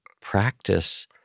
practice